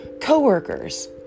coworkers